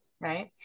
Right